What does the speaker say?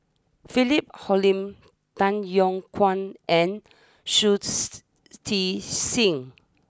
Philip Hoalim Tay Yong Kwang and Shui Tit sing